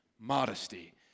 modesty